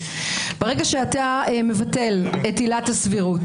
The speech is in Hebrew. ברגע שאתה מבטל את עילת הסבירות,